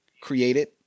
created